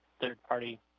third-party